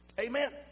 Amen